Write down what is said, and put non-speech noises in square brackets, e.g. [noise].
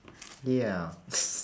ya [noise]